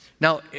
Now